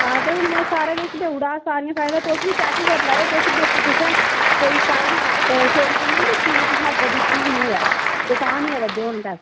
हां ते हून में सारा किश देई ओड़ा दा सारियां फाईलां तुस बी चैक्क करी लैएओ किश बिच तुसें कोई फाईल छोड़ी ते निं दित्ती दी तुसें अग्गें दित्ती गै निं होऐ ते तां निं आवै दे दे होन पैसे